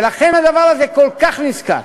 ולכן הדבר הזה כל כך נזקק.